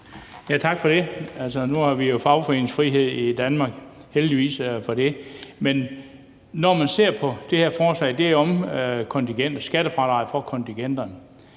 Tak for det. Nu har vi jo fagforeningsfrihed i Danmark, heldigvis for det. Det her forslag er jo om skattefradrag for kontingenterne.